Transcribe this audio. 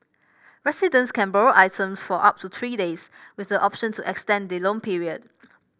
residents can borrow items for up to three days with the option to extend the loan period